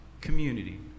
community